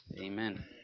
amen